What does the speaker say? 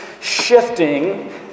shifting